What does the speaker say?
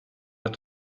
alle